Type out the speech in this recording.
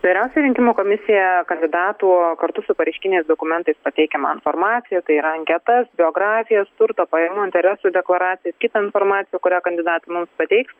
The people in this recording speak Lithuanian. vyriausioji rinkimų komisija kandidatų kartu su pareiškiniais dokumentais pateikiamą informaciją tai yra anketas biografijas turto pajamų interesų deklaracijas kitą informaciją kurią kandidatai mums pateiks